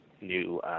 new